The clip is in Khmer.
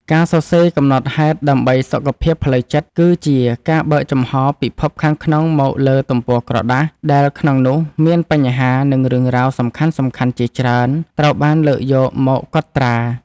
ការសរសេរកំណត់ហេតុដើម្បីសុខភាពផ្លូវចិត្ត គឺជាការបើកចំហរពិភពខាងក្នុងមកលើទំព័រក្រដាស ដែលក្នុងនោះមានបញ្ហា និងរឿងរ៉ាវសំខាន់ៗជាច្រើនត្រូវបានលើកយកមកកត់ត្រា។